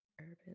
Urban